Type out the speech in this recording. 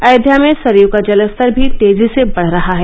अयोध्या में सरयू का जलस्तर भी तेजी से बढ़ रहा है